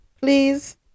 Please